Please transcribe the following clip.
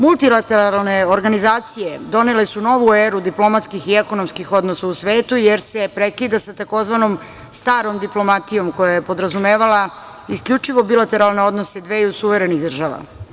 Multilateralne organizacije donele su novu eru diplomatskih i ekonomskih odnosa u svetu, jer se prekida sa tzv. starom diplomatijom koja je podrazumevala isključivo bilateralne odnose dveju suverenih država.